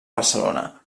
barcelona